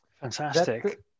Fantastic